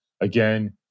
Again